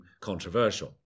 controversial